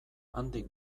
handik